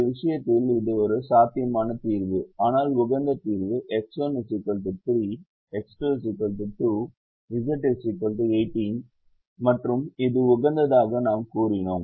இந்த விஷயத்தில் இது ஒரு சாத்தியமான தீர்வு ஆனால் உகந்த தீர்வு X1 3 X2 2 Z 18 மற்றும் இது உகந்ததாக நாம் கூறினோம்